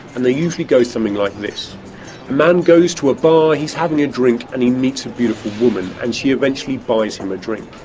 and they usually go something like this a man goes to a bar, he's having a drink, and he meets a beautiful woman, and she eventually buys him a drink.